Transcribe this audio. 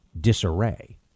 disarray